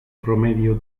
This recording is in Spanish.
promedio